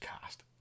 Cast